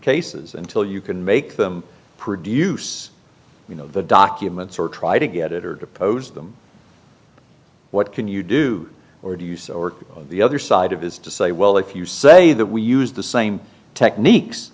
cases until you can make them produce you know the documents or try to get it or depose them what can you do or do you say or the other side of is to say well if you say that we used the same techniques